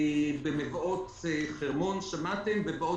במבואות חרמון כפי ששמעתם ובעוד